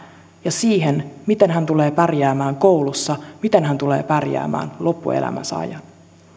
ja siinä miten hän tulee pärjäämään koulussa miten hän tulee pärjäämään loppuelämänsä ajan